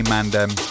Mandem